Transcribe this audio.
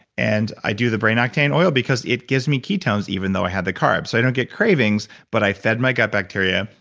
and i do the brain octane oil because if gives me ketones even though i have the carbs. i don't get cravings, but i fed my gut bacteria,